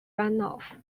runoff